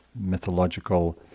mythological